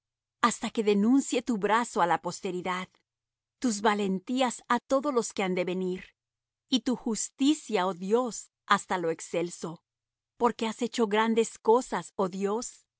hasta que denuncie tu brazo á la posteridad tus valentías á todos los que han de venir y tu justicia oh dios hasta lo excelso porque has hecho grandes cosas oh dios